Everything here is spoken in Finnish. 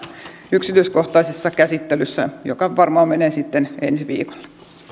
yksityiskohtaisessa käsittelyssä joka varmaan menee sitten ensi viikolle